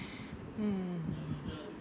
mm